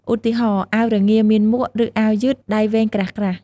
ឧទាហរណ៍ អាវរងាមានមួក ឬអាវយឺតដៃវែងក្រាស់ៗ។